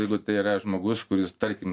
jeigu tai yra žmogus kuris tarkim